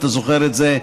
אתה זוכר את זה,